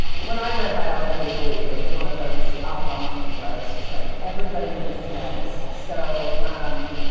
when i read biology of belief, it was one of those aha moments where i was just like, everybody needs to know this. so um